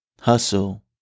hustle